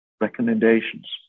recommendations